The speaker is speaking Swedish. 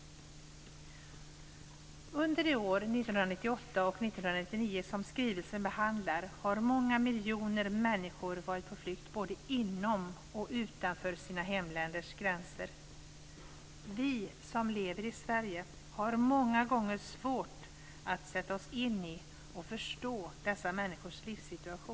Under de år, 1998 och 1999, som behandlas i skrivelsen har många miljoner människor varit på flykt både inom och utanför sina hemländers gränser. Vi som lever i Sverige har många gånger svårt att sätta oss in i och förstå dessa människors livssituation.